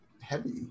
heavy